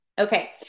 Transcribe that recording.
Okay